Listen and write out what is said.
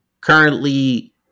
currently